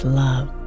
love